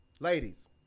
Ladies